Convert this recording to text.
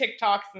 TikToks